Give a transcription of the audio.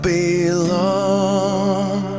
Belong